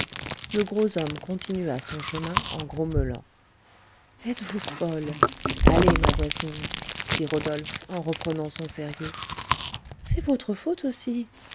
le gros homme continua son chemin en grommelant êtes-vous folle allez ma voisine dit rodolphe en reprenant son sérieux c'est votre faute aussi